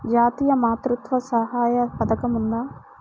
జాతీయ మాతృత్వ సహాయ పథకం ఉందా?